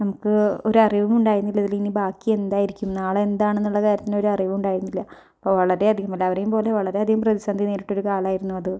നമുക്ക് ഒരറിവുണ്ടായിരുന്നില്ല ഇതില് ഇനി ബാക്കി എന്തായിരിക്കും നാളെ എന്താണെന്നുള്ള ഒരു കാര്യത്തിന് ഒരറിവും ഉണ്ടായിരുന്നില്ല അപ്പം വളരെ അധികം എല്ലാവരെയും പോലെ വളരെ അധികം പ്രതിസന്ധി നേരിട്ടൊരു കാലമായിരുന്നു അത്